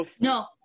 No